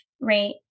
right